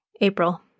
April